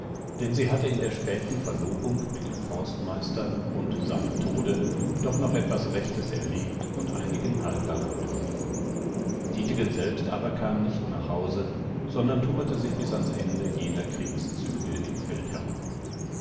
denn sie hatte in der späten verlobung mit dem forstmeister und seinem tode doch noch etwas rechtes erlebt und einigen halt daran genommen dietegen selbst aber kam nicht nach hause sondern tummelte sich bis ans ende jener kriegszüge im felde herum